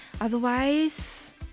Otherwise